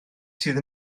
sydd